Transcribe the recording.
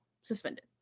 suspended